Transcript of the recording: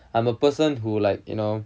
I'm a person who like you know